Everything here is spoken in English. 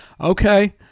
Okay